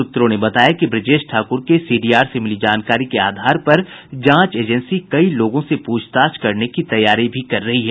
सूत्रों ने बताया कि ब्रजेश ठाकुर के सीडीआर से मिली जानकारी के आधार पर जांच एजेंसी कई लोगों से पूछताछ करने की तैयारी कर रही है